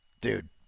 dude